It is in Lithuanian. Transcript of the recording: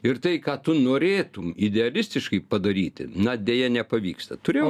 ir tai ką tu norėtum idealistiškai padaryti na deja nepavyksta turėjau